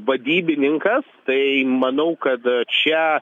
vadybininkas tai manau kad čia